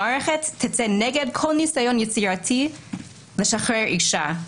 המערכת תצא נגד כל ניסיון יצירתי לשחרר אישה,